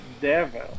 devil